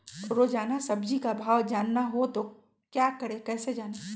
रोजाना सब्जी का भाव जानना हो तो क्या करें कैसे जाने?